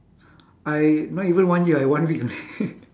I not even one year I one week only